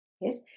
Yes